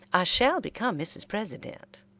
i shall become mrs. president,